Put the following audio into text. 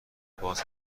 باز